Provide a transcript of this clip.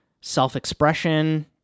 Self-expression